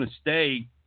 stay